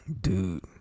Dude